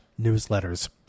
newsletters